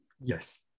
Yes